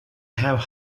have